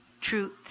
truth